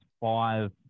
five